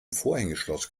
vorhängeschloss